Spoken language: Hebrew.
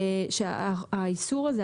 שהאיסור הזה,